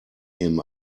him